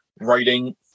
writing